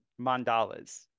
mandalas